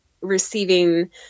receiving